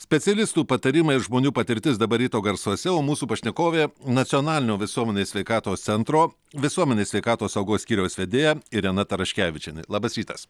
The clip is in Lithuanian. specialistų patarimai ir žmonių patirtis dabar ryto garsuose o mūsų pašnekovė nacionalinio visuomenės sveikatos centro visuomenės sveikatos saugos skyriaus vedėja irena taraškevičienė labas rytas